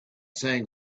saying